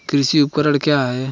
कृषि उपकरण क्या है?